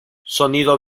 sonido